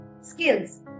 skills